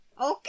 Okay